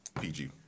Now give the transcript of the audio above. PG